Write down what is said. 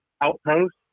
Outpost